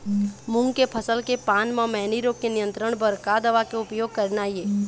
मूंग के फसल के पान म मैनी रोग के नियंत्रण बर का दवा के उपयोग करना ये?